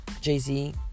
Jay-Z